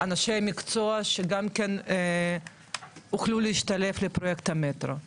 אנשי מקצוע שיוכלו להשתלב בפרויקט המטרו,